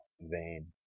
vain